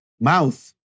Mouth